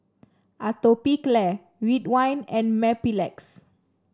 Atopiclair Ridwind and Mepilex